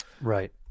right